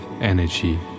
energy